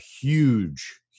huge